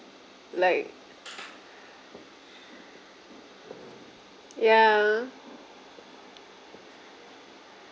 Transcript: like ya